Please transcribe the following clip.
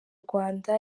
rwanda